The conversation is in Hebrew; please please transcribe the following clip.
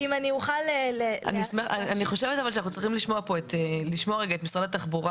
אנחנו צריכים לשמוע את משרד התחבורה